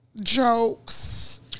jokes